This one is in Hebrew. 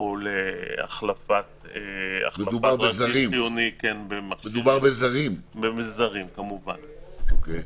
החלפת רכיב חיוני במערכת זו או אחרת.